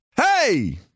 Hey